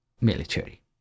military